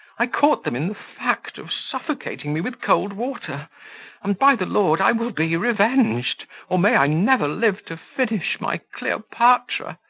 i caught them in the fact of suffocating me with cold water and by the lord, i will be revenged, or may i never live to finish my cleopatra.